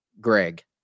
Greg